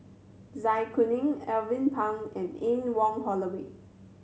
Zai Kuning Alvin Pang and Anne Wong Holloway